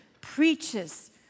preaches